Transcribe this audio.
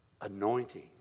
anointing